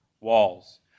walls